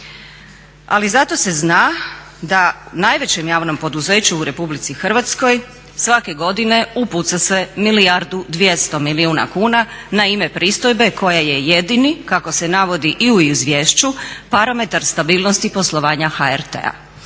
Ali se zato zna da najvećem javnom poduzeću u RH svake godine upuca se milijardu dvjesto milijuna kuna na ime pristojbe koja je jedini kako se navodi i u izvješću parametar stabilnosti poslovanja HRT-a.